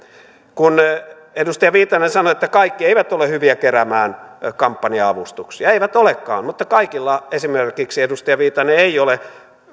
kun edustaja viitanen sanoi että kaikki eivät ole hyviä keräämään kampanja avustuksia niin eivät olekaan mutta kaikilla esimerkiksi edustaja viitanen ei ole